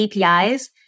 APIs